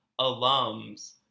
alums